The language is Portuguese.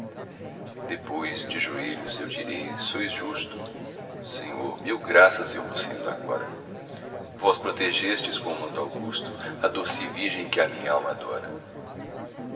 depois de joelhos eu direi sois justo senhor mil graças eu vos rendo agora vós protegestes com o manto augusto a doce virgem que a minhalma adora